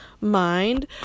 mind